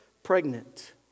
Pregnant